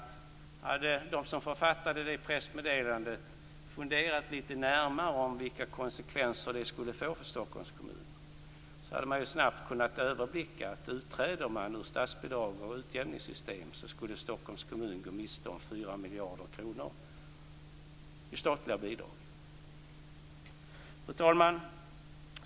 Om de som hade författat det pressmeddelandet hade funderat lite närmare på vilka konsekvenser det skulle få för Stockholms kommun om man skulle utträda ur statsbidragssystemet och utjämningssystemet hade de snabbt kunnat överblicka att Stockholms kommun skulle gå miste om 4 miljarder kronor i statliga bidrag. Fru talman!